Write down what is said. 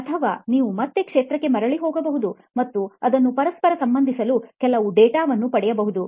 ಅಥವಾ ನೀವು ಮತ್ತೆ ಕ್ಷೇತ್ರಕ್ಕೆ ಮರಳಿ ಹೋಗಬಹುದು ಮತ್ತು ಅದನ್ನು ಪರಸ್ಪರ ಸಂಬಂಧಿಸಲು ಕೆಲವು ಡೇಟಾ ವನ್ನು ಪಡೆಯಬಹುದು